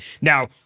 Now